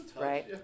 Right